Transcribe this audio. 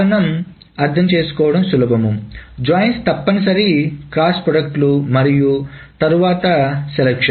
కారణం అర్థం చేసుకోవడం సులభం జాయిన్స్ తప్పనిసరి క్రాస్ ప్రోడక్ట్ లు మరియు తరువాత ఎంపిక